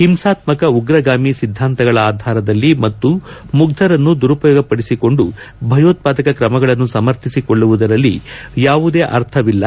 ಹಿಂಸಾತ್ಕಕ ಉರ್ರಗಾಮಿ ಸಿದ್ದಾಂತಗಳ ಆಧಾರದಲ್ಲಿ ಮತ್ತು ಮುಗ್ದರನ್ನು ದುರುಪಯೋಗಪಡಿಸಿಕೊಂಡು ಭಯೋತ್ಪಾದಕ ತ್ರಮಗಳನ್ನು ಸಮರ್ಥಿಸಿಕೊಳ್ಳುವುದರಲ್ಲಿ ಯಾವುದೇ ಅರ್ಥವಿಲ್ಲ